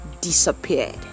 disappeared